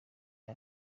aya